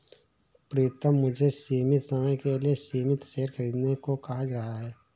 प्रितम मुझे सीमित समय के लिए सीमित शेयर खरीदने को कह रहा हैं